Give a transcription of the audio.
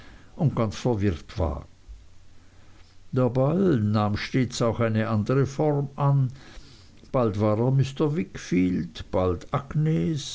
und ganz verwirrt war der ball selbst nahm auch stets eine andere form an bald war er mr wickfield bald agnes